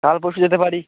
কাল পরশু যেতে পারি